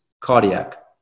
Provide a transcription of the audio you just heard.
cardiac